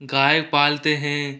गाय पालते हैं